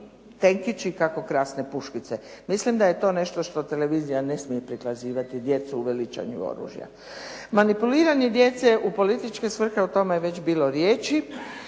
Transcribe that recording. tenkići, kako krasne puškice. Mislim da je to nešto što televizija ne smije prikazivati djecu u veličanju oružja. Manipuliranje djece u političke svrhe, o tome je već bilo riječi